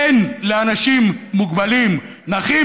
אין לאנשים מוגבלים נכים,